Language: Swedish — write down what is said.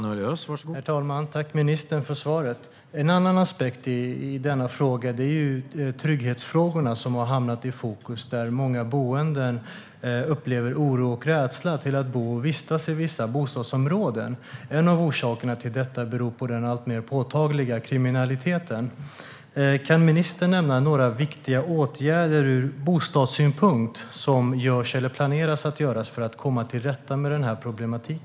Herr talman! Tack, ministern, för svaret! En annan aspekt av detta är trygghetsfrågorna, som har hamnat i fokus. Många boende upplever oro och rädsla för att bo och vistas i vissa bostadsområden. En av orsakerna till detta är den alltmer påtagliga kriminaliteten. Kan ministern nämna några ur bostadssynpunkt viktiga åtgärder som vidtas eller planeras för att komma till rätta med denna problematik?